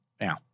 Now